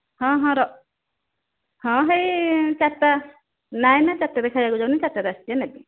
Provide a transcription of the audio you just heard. ହଁ ହଁ ହଁ ହେଇ ଚାରିଟା ନାଇଁ ନାଇଁ ଚାରିଟାରେ ଖାଇବାକୁ ଯାଉନି ଚାରିଟାରେ ଆସିଛି ହେଲାକି